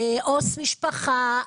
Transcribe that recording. עו"ס משפחה,